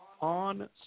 on